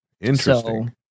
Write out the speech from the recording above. Interesting